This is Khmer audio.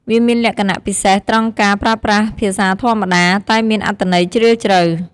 វាមានលក្ខណៈពិសេសត្រង់ការប្រើប្រាស់ភាសាធម្មតា តែមានអត្ថន័យជ្រាលជ្រៅ។